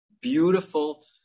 beautiful